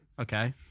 Okay